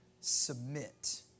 submit